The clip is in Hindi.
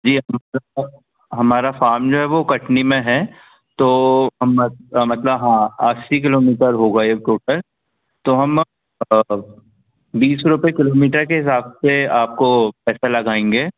जी हमारा फ़ाम जो है वह कटनी में है तो हम मत मतलब हाँ आस्सी किलोमीटर होगा यह टोटल तो हम बीस रुपये किलोमीटर के हिसाब से आपको पैसा लगाएँगे